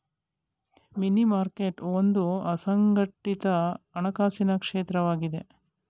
ಮನಿ market ಒಂದು ಅಸಂಘಟಿತ ಹಣಕಾಸಿನ ಕ್ಷೇತ್ರವಾಗಿದೆ